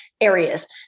areas